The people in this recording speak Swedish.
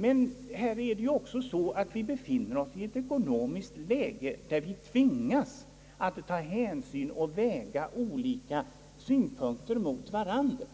Men här ligger det så till att vi också befinner oss i ett ekonomiskt läge som gör det nödvändigt att ta hänsyn och väga olika synpunkter mot varandra;